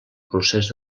procés